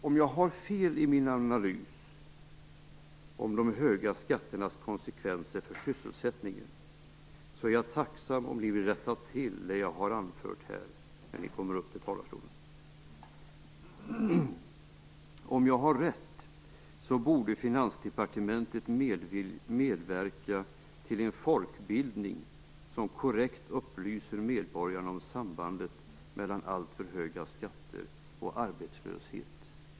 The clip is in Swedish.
Om jag har fel i min analys, om de höga skatternas konsekvenser för sysselsättningen, är jag tacksam om ni vill rätta till det jag här har anfört när ni kommer upp i talarstolen. Om jag har rätt borde Finansdepartementet medverka till en folkbildning som korrekt upplyser medborgarna om sambandet mellan alltför höga skatter och arbetslöshet.